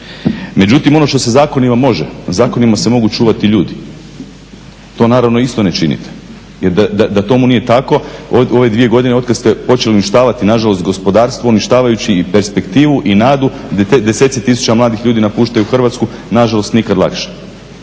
Međutim, ono što se zakonima može, a zakonima se mogu čuvati i ljudi, to naravno isto ne činite. Jer da tomu nije tako u ove 2 godine od kad ste počeli uništavati nažalost gospodarstvo, uništavajući i perspektivu, i nadu, deseci tisuća mladih ljudi napuštaju Hrvatsku, nažalost nikad lakše.